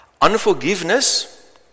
Unforgiveness